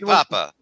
Papa